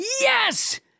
Yes